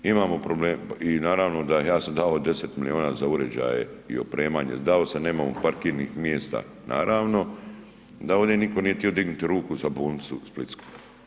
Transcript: Imamo problem i naravno da ja sam dao 10 milijuna za uređaje i opremanje, dao sam, nemamo parkirnih mjesta, naravno da ovdje nitko nije htio dignuti ruku za bolnicu splitsku.